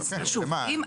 שוב,